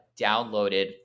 downloaded